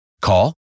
Call